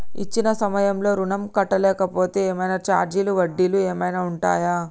ఇచ్చిన సమయంలో ఋణం కట్టలేకపోతే ఏమైనా ఛార్జీలు వడ్డీలు ఏమైనా ఉంటయా?